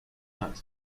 night